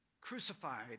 crucified